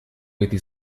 этой